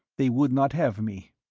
they would not have me.